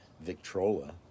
Victrola